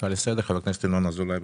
הצעה לסדר, חבר הכנסת ינון אזולאי.